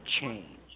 change